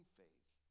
faith